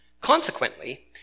Consequently